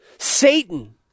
Satan